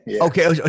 Okay